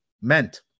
meant